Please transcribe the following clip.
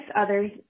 others